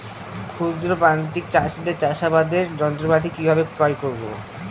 ক্ষুদ্র প্রান্তিক চাষীদের চাষাবাদের যন্ত্রপাতি কিভাবে ক্রয় করব?